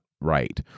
right